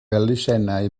elusennau